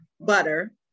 butter